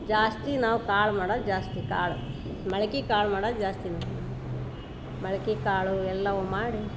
ಜಾಸ್ತಿ ನಾವು ಕಾಳು ಮಾಡೋದ್ ಜಾಸ್ತಿ ಕಾಳು ಮೊಳ್ಕೆ ಕಾಳು ಮಾಡೋದ್ ಜಾಸ್ತಿ ನೋಡಿರಿ ಮೊಳ್ಕೆ ಕಾಳು ಎಲ್ಲವು ಮಾಡಿ